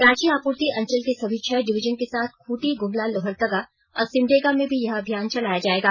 रांची आपूर्ति अंचल के सभी छह डिवीजन के साथ खूंटी गुमला लोहरदगा और सिमडेगा में भी यह अभियान चलाया जाएगा